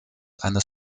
eines